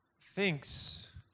thinks